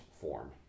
form